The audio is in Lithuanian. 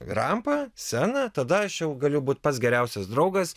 rampa scena tada aš jau galiu būt pats geriausias draugas